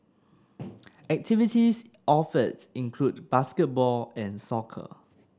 activities offered include basketball and soccer